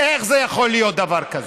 איך זה יכול להיות דבר כזה?